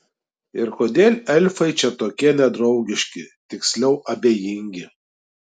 ir kodėl elfai čia tokie nedraugiški tiksliau abejingi